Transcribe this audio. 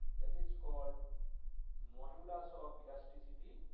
that is called modulus ah of elasticity